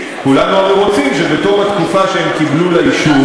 כולנו הרי רוצים שבתום התקופה שהם קיבלו לגביה אישור,